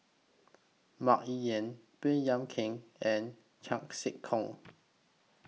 Mah Li Lian Baey Yam Keng and Chan Sek Keong